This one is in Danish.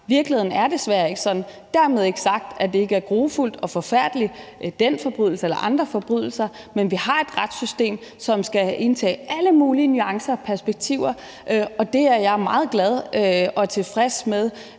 Virkeligheden er desværre ikke sådan. Dermed ikke sagt, at den forbrydelse eller andre forbrydelser ikke er grufulde og forfærdelige, men vi har et retssystem, som skal medtage alle mulige nuancer og perspektiver, og jeg er meget glad for og tilfreds med,